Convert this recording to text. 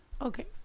okay